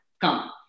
come